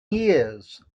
years